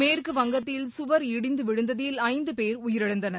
மேற்கு வங்கத்தில் சுவர் இடிந்து விழுந்ததில் ஐந்து பேர் உயிரிழந்தனர்